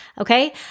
okay